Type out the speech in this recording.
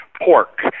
pork